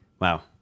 Wow